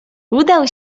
udał